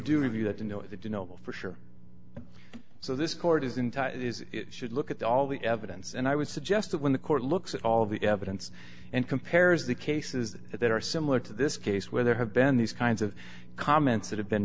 do review that to know if you know for sure so this court is in touch should look at all the evidence and i would suggest that when the court looks at all of the evidence and compares the cases that are similar to this case where there have been these kinds of comments that have been